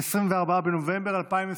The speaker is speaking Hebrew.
24 בנובמבר 2021,